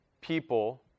people